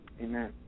Amen